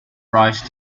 rise